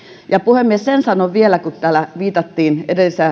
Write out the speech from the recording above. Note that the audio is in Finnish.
puhemies sen sanon vielä kun täällä viitattiin edellisessä